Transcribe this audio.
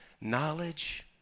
knowledge